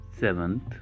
Seventh